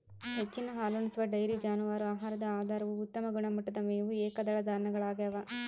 ಹೆಚ್ಚಿನ ಹಾಲುಣಿಸುವ ಡೈರಿ ಜಾನುವಾರು ಆಹಾರದ ಆಧಾರವು ಉತ್ತಮ ಗುಣಮಟ್ಟದ ಮೇವು ಏಕದಳ ಧಾನ್ಯಗಳಗ್ಯವ